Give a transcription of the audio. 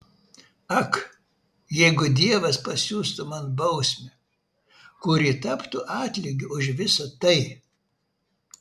ak jeigu dievas pasiųstų man bausmę kuri taptų atlygiu už visa tai